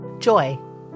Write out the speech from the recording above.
joy